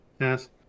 Yes